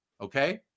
okay